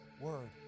word